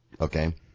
Okay